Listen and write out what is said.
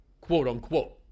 quote-unquote